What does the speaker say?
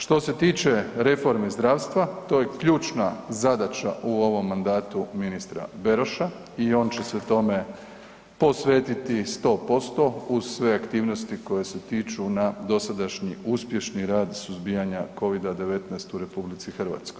Što se tiče reforme zdravstva, to je ključna zadaća u ovom mandatu ministra Beroša i on će se tome posvetiti 100% uz sve aktivnosti koje se tiču na dosadašnji uspješni rad suzbijanja COVID-a 19 u RH.